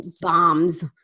bombs